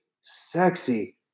sexy